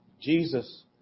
Jesus